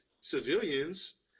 civilians